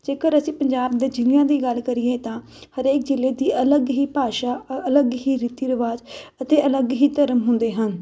ਜੇਕਰ ਅਸੀਂ ਪੰਜਾਬ ਦੇ ਜਿਲ੍ਹਿਆਂ ਦੀ ਗੱਲ ਕਰੀਏ ਤਾਂ ਹਰੇਕ ਜਿਲ੍ਹੇ ਦੀ ਅਲੱਗ ਹੀ ਭਾਸ਼ਾ ਅਲੱਗ ਹੀ ਰੀਤੀ ਰਿਵਾਜ ਅਤੇ ਅਲੱਗ ਹੀ ਧਰਮ ਹੁੰਦੇ ਹਨ